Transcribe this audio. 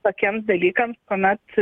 tokiems dalykams kuomet